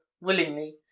willingly